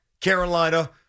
Carolina